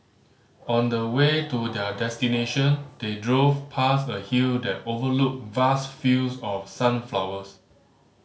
on the way to their destination they drove past a hill that overlooked vast fields of sunflowers